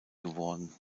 geworden